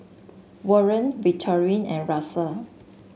Warren Victorine and Russell